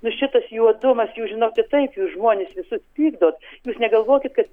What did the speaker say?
nu šitas juodumas jūs žinokit taip jūs žmones visus pykdot jūs negalvokit kad